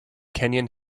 kenyan